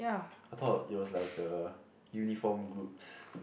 I thought it was like a uniform groups